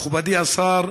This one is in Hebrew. מכובדי השר,